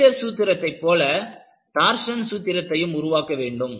flexure சூத்திரத்தைப் போல torsion சூத்திரத்தையும் உருவாக்க வேண்டும்